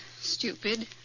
stupid